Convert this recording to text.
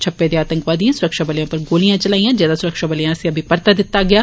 छप्पे दे आतंकवादिए सुरक्षाबलें उप्पर गोलियां चलाईयां जेदा सुरक्षाबलें आस्सेआ बी परता दित्ता गेआ